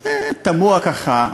זה תמוה ככה: